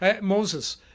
Moses